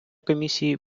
комісії